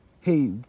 hey